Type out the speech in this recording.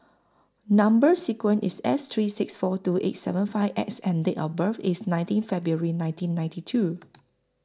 Number sequence IS S three six four two eight seven five X and Date of birth IS nineteen February nineteen ninety two